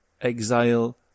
exile